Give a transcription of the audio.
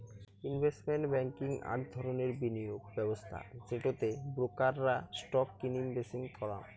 investment banking আক ধরণের বিনিয়োগ ব্যবস্থা যেটো তে ব্রোকার রা স্টক কিনিম বেচিম করাং